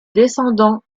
descendants